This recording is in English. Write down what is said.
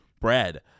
bread